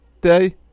day